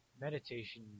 meditation